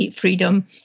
freedom